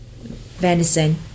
venison